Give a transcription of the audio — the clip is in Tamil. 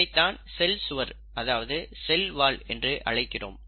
இதைத்தான் செல் சுவர் அல்லது செல் வால் என்று அழைக்கிறோம்